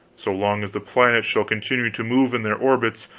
so long as the planets shall continue to move in their orbits,